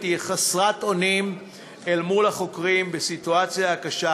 היא חסרת אונים אל מול החוקרים בסיטואציה הקשה